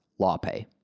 LawPay